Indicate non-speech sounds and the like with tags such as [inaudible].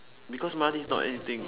because money is not anything [noise]